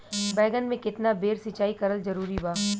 बैगन में केतना बेर सिचाई करल जरूरी बा?